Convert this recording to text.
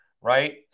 right